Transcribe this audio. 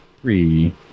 three